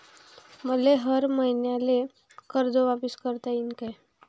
मले हर मईन्याले कर्ज वापिस करता येईन का?